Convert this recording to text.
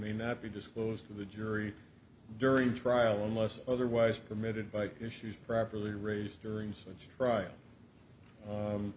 may not be disclosed to the jury during trial unless otherwise permitted by issues properly raised during such trial